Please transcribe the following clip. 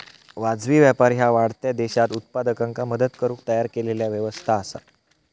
वाजवी व्यापार ह्या वाढत्या देशांत उत्पादकांका मदत करुक तयार केलेला व्यवस्था असा